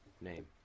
name